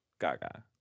Gaga